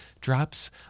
Drops